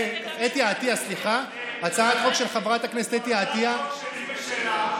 זאת הצעת חוק שלי ושלה.